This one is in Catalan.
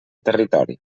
territori